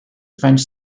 french